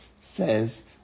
says